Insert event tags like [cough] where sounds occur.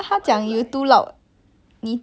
oh my god [coughs]